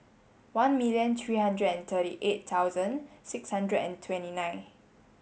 one million three hundred and thirty eight thousand six hundred and twenty nine